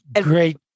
great